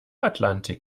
atlantik